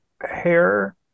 hair